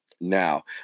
now